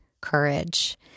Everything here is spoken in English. courage